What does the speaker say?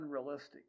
unrealistic